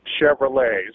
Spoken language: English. Chevrolets